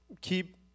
Keep